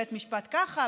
בית משפט ככה,